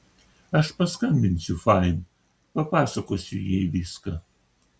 aš paskambinsiu fain papasakosiu jai viską